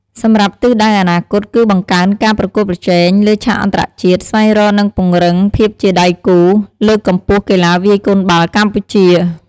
សម្រាប់ទិសដៅអនាគត គឺបង្កើនការប្រកួតប្រជែងលើឆាកអន្តរជាតិ ស្វែងរកនិងពង្រឹងភាពជាដៃគូ លើកកម្ពស់កីឡាវាយកូនបាល់កម្ពុជា។